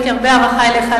יש לי הרבה הערכה אליך,